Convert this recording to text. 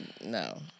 No